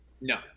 No